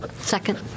Second